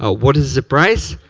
ah what is the price?